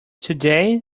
today